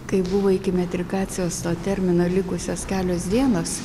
kai buvo iki metrikacijos to termino likusios kelios dienos